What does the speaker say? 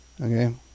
Okay